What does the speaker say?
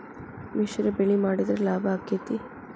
ಮಿಶ್ರ ಬೆಳಿ ಮಾಡಿದ್ರ ಲಾಭ ಆಕ್ಕೆತಿ?